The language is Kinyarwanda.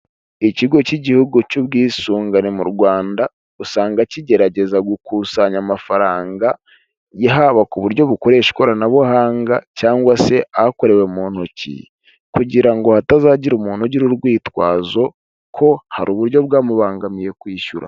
Ikigo cy'igihugu cy'ubwisungane mu Rwanda, usanga kigerageza gukusanya amafaranga, haba ku buryo bukoresha ikoranabuhanga cyangwa se ahakorewe mu ntoki, kugira ngo hatazagira umuntu ugira urwitwazo ko hari uburyo bwamubangamiye kwishyura.